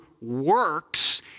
works